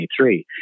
2023